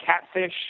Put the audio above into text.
Catfish